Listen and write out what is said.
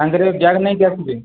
ତାଙ୍କର ଏ ବ୍ୟାଗ୍ ନେଇକି ଆସିବେ